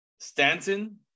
Stanton